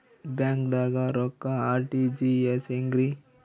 ಬ್ಯಾಂಕ್ದಾಗ ರೊಕ್ಕ ಆರ್.ಟಿ.ಜಿ.ಎಸ್ ಹೆಂಗ್ರಿ?